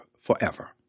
forever